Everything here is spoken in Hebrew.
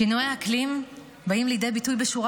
שינויי האקלים באים לידי ביטוי בשורה